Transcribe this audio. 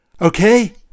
okay